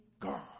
God